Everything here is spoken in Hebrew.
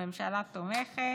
הממשלה תומכת.